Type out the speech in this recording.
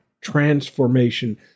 transformation